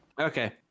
Okay